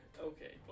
okay